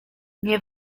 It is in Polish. nie